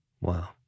Wow